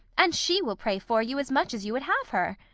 and she will pray for you as much as you would have her.